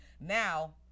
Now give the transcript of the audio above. Now